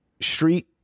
street